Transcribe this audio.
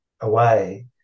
away